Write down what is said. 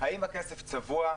-- האם הכסף צבוע?